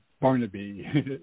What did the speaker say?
barnaby